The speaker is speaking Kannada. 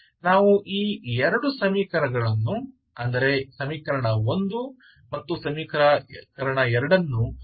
ನಾವು ಈ ಎರಡು ಸಮೀಕರಣಗಳನ್ನು ಅಂದರೆ ಸಮೀಕರಣ 1 ಮತ್ತು ಸಮೀಕರಣ 2 ನ್ನು ಪರಿಹರಿಸಲು ಪ್ರಯತ್ನಿಸುತ್ತೇವೆ